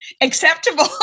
acceptable